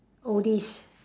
oldies